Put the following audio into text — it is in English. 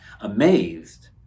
Amazed